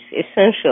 essential